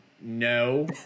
no